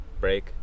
break